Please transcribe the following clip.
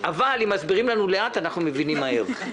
אבל אם מסבירים לנו לאט אנחנו מבינים מהר.